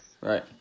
right